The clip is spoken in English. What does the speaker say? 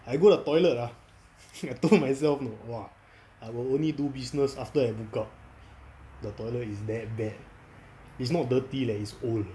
I go the toilet ah I told myself know !wah! I will only do business after I book out the toilet is damn bad is not dirty leh is old